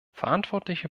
verantwortliche